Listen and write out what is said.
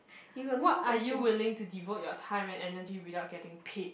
what are you willing to devote your time and energy without getting paid